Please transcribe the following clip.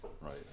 Right